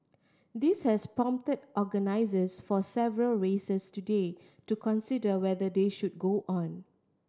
this has prompted organisers of several races today to consider whether they should go on